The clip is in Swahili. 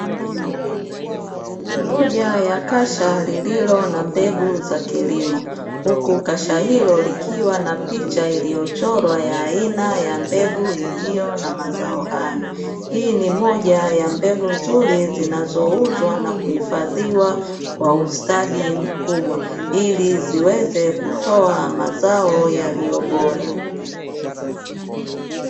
Moja ya kasha lililo na mbegu za kilimo huku kasha hilo likiwa na picha iliyochorwa ya aina ya mbegu iliyo na mazao hayo, hii ni moja ya mbegu nzuri zinazouzwa na kuhifadhiwa kwa ustadi mkubwa ili ziweze kutoa mazao yaliyo bora.